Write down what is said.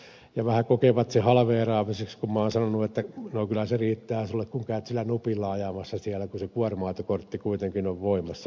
he vähän kokevat sen halveeraamiseksi kun minä olen sanonut että no kyllä se riittää sulle kun käyt sillä nupilla ajamassa siellä kun se kuorma autokortti kuitenkin on voimassa